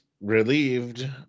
relieved